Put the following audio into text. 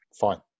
Fine